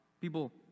people